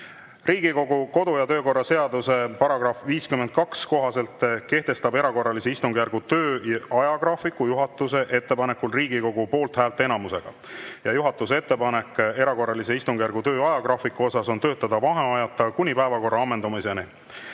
Riigikogu kodu- ja töökorra seaduse § 52 kohaselt kehtestab erakorralise istungjärgu töö ajagraafiku juhatuse ettepanekul Riigikogu poolthäälteenamusega. Juhatuse ettepanek erakorralise istungjärgu töö ajagraafiku kohta on töötada vaheajata kuni päevakorra ammendumiseni.